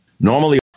normally